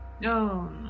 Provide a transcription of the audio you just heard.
no